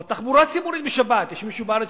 או תחבורה ציבורית בשבת,